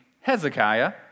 Hezekiah